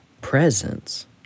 Presence